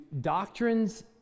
doctrines